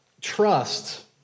trust